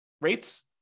rates